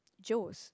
Joe's